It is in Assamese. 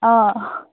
অঁ